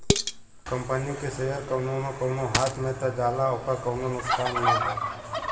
company के share कउनो न कउनो हाथ मे त जाला ओकर कउनो नुकसान ना हौ